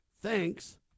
thanks